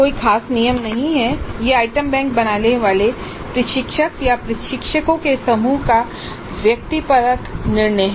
कोई ख़ास नियम नहीं है यह आइटम बैंक बनाने वाले प्रशिक्षक या प्रशिक्षकों के समूह का व्यक्तिपरक निर्णय है